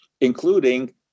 including